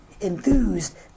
enthused